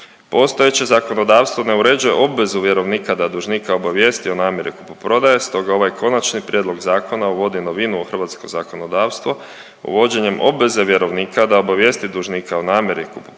Postojeće zakonodavstvo ne uređuju obvezu vjerovnika da dužnika obavijesti o namjeri kupoprodaje, stoga ovaj konačni prijedlog zakona uvodi novinu u hrvatsko zakonodavstvo uvođenjem obveze vjerovnika da obavijesti dužnika o namjeri kupoprodaje